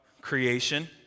creation